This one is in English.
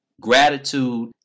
Gratitude